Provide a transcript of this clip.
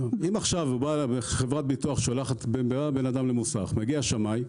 בא בן אדם למוסך, מגיע שמאי,